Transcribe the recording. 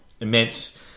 immense